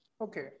Okay